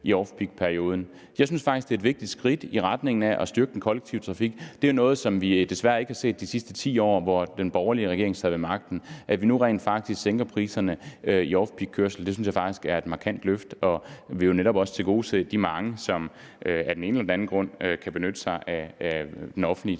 i off peak-perioden. Jeg synes faktisk, at det er et vigtigt skridt i retning af at styrke den kollektive trafik. Det er jo noget, vi desværre ikke har set de sidste 10 år, hvor den borgerlige regering sad ved magten. Men nu sænker vi rent faktisk priserne ved off peak-kørsel og det synes jeg faktisk er et markant løft. Det vil jo netop også tilgodese de mange, som af den ene eller den anden grund kan benytte sig af den offentlige